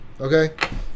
okay